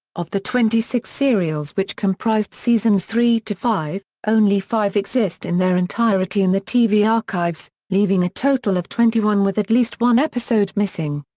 of the twenty six serials which comprised seasons three five, only five exist in their entirety in the tv archives, leaving a total of twenty one with at least one episode missing.